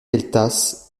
gueltas